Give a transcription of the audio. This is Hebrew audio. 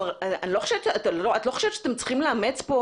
את לא חושבת שאתם צריכים לאמץ פה,